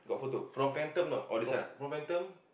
from phantom know from phantom